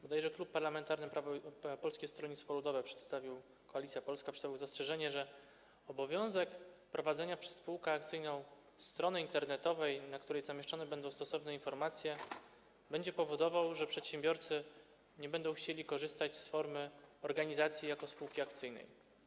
Bodajże Klub Parlamentarny Polskie Stronnictwo Ludowe - Koalicja Polska przedstawił zastrzeżenie, że obowiązek prowadzenia przez spółkę akcyjną strony internetowej, na której zamieszczane będą stosowne informacje, będzie powodował, że przedsiębiorcy nie będą chcieli korzystać z formy organizacji jaką jest spółka akcyjna.